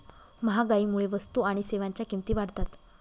महागाईमुळे वस्तू आणि सेवांच्या किमती वाढतात